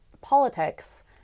politics